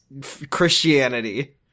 Christianity